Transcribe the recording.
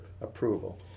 approval